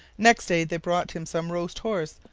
next day they brought him some roast horse,